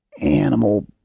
animal